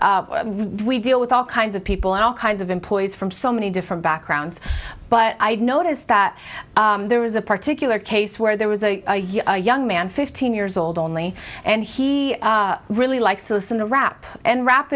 have we deal with all kinds of people and all kinds of employees from so many different backgrounds but i did notice that there was a particular case where there was a young man fifteen years old only and he really likes to listen to rap and rap